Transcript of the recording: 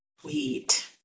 Sweet